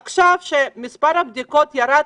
עכשיו, כשמספר הבדיקות ירד